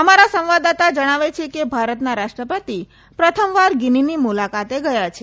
અમારા સંવાદદાતા જણાવે છે કે ભારતના રાષ્ટ્રપતિ પ્રથમવાર ગીનીની મુલાકાતે ગથા છે